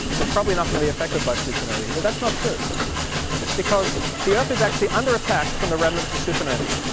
we're probably not going to be affected by supernovae, but that's not true because the earth is actually under attack from the remnants of supernovae.